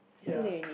ya